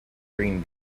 green